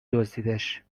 دزدیدش